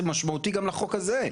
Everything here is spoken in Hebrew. זה משמעותי גם לחוק הזה,